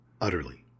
Utterly